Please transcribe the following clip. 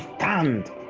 stand